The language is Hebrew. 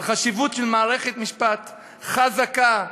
על חשיבות של מערכת משפט חזקה,